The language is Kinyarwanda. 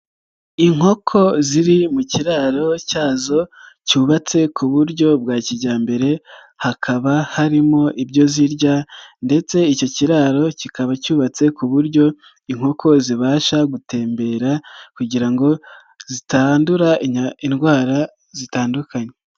Inkoko ziri mu kiraro cyazo cyubatse ku buryo bwa kijyambere hakaba harimo ibyo zirya ndetse icyo kiraro kikaba cyubatse ku buryo inkoko zibasha gutembera kugira ngo zitandura indwara zitandukanye.